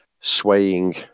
swaying